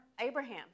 Abraham